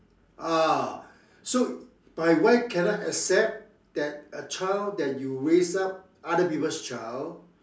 ah so my wife cannot accept that a child that you raise up other people's child